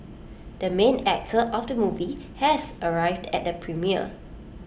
the main actor of the movie has arrived at the premiere